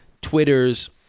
Twitters